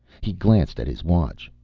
he glanced at his watch.